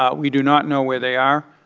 ah we do not know where they are.